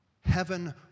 Heaven